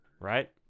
right